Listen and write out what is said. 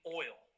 oil